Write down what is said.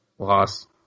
Loss